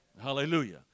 Hallelujah